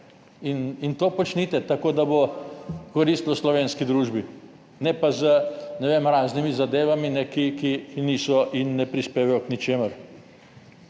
in to počnite tako, da bo koristilo slovenski družbi, ne pa z raznimi zadevami, ki niso in ne prispevajo k ničemur,